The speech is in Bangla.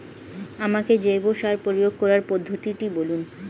আমাকে জৈব সার প্রয়োগ করার পদ্ধতিটি বলুন?